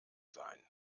sein